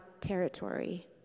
territory